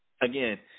again